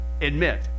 admit